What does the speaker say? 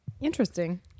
Interesting